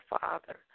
Father